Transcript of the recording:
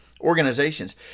organizations